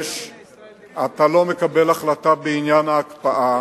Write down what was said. אני רוצה להבין, אתה לא מקבל החלטה בעניין ההקפאה,